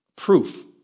Proof